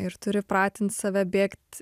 ir turi pratint save bėgt